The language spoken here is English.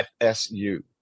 FSU